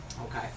Okay